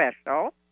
special